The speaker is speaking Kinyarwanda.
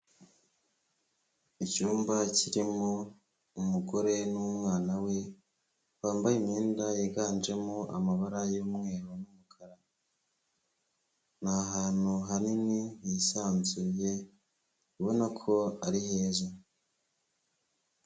Icyumba kirimo umugore n'umwana we bambaye imyenda yiganjemo amabara y'umweru n'umukara, ni ahantu hanini hisanzuye ubona ko ari heza.